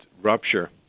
rupture